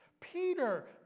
Peter